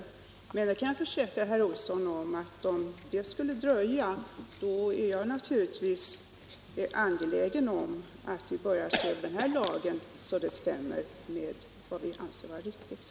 Jag kan emellertid försäkra herr Olsson att ifall det skulle dröja är jag angelägen om att vi börjar se över lagen så att den stämmer med vad vi anser vara riktigt.